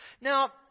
Now